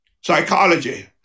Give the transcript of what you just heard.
psychology